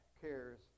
cares